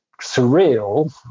surreal